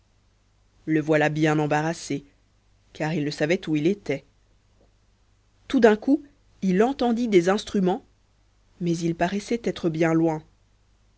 le voilà bien embarrassé car il ne savait pas où il était tout d'un coup il entendit des instruments mais ils paraissaient être bien loin